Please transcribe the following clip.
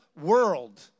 world